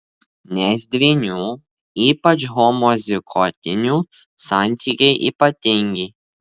nes dvynių ypač homozigotinių santykiai ypatingi